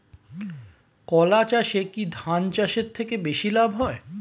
কলা চাষে কী ধান চাষের থেকে বেশী লাভ হয়?